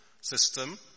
system